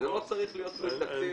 -- ולכן זה לא צריך להיות תלוי תקציב.